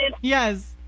Yes